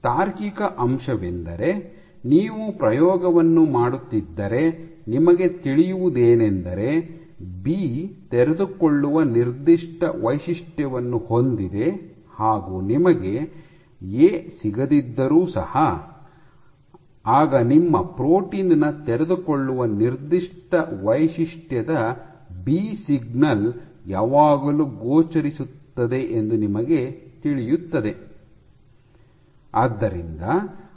ತಾರ್ಕಿಕ ಅಂಶವೆಂದರೆ ನೀವು ಪ್ರಯೋಗವನ್ನು ಮಾಡುತ್ತಿದ್ದರೆ ನಿಮಗೆ ತಿಳಿಯುವುದೇನೆಂದರೆ ಬಿ ತೆರೆದುಕೊಳ್ಳುವ ನಿರ್ದಿಷ್ಟ ವೈಶಿಷ್ಟ್ಯವನ್ನು ಹೊಂದಿದೆ ಹಾಗು ನಿಮಗೆ ಎ ಸಿಗದಿದ್ದರೂ ಸಹ ಆಗ ನಿಮ್ಮ ಪ್ರೋಟೀನ್ ನ ತೆರೆದುಕೊಳ್ಳುವ ನಿರ್ದಿಷ್ಟ ವೈಶಿಷ್ಟ್ಯದ ಬಿ ಸಿಗ್ನಲ್ ಯಾವಾಗಲೂ ಗೋಚರಿಸುತ್ತದೆ ಎಂದು ನಿಮಗೆ ತಿಳಿಯುತ್ತದೆ